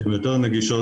הן יותר נגישות.